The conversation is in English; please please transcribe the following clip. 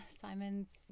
Simon's